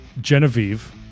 Genevieve